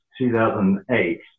2008